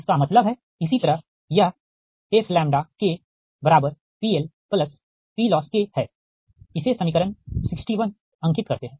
इसका मतलब है इसी तरह यह fPLPLossK है इसे समीकरण 61 अंकित करते है